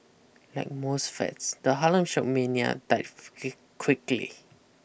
like most fads the Harlem Shake mania died quickly